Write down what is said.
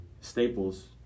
Staples